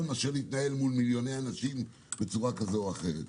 מאשר להתנהל מול מיליוני אנשים בצורה כזאת או אחרת.